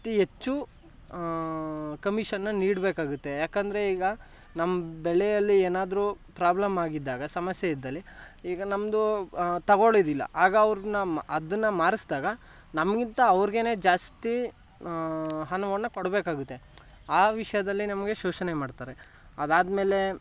ಅತಿ ಹೆಚ್ಚು ಕಮಿಷನನ್ನ ನೀಡಬೇಕಾಗುತ್ತೆ ಯಾಕೆಂದರೆ ಈಗ ನಮ್ಮ ಬೆಳೆಯಲ್ಲಿ ಏನಾದ್ರೂ ಪ್ರಾಬ್ಲಮ್ ಆಗಿದ್ದಾಗ ಸಮಸ್ಯೆ ಇದ್ದಲ್ಲಿ ಈಗ ನಮ್ಮದು ತೊಗೊಳ್ಳೋದಿಲ್ಲ ಆಗ ಅವರನ್ನ ಅದನ್ನು ಮಾರಿಸಿದಾಗ ನಮಗಿಂತ ಅವ್ರಿಗೇನೆ ಜಾಸ್ತಿ ಹಣವನ್ನು ಕೊಡ್ಬೇಕಾಗುತ್ತೆ ಆ ವಿಷಯದಲ್ಲಿ ನಮಗೆ ಶೋಷಣೆ ಮಾಡ್ತಾರೆ ಅದಾದ್ಮೇಲೆ